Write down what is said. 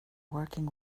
working